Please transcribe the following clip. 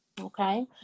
Okay